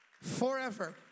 Forever